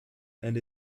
and